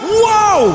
Whoa